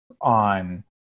on